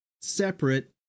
separate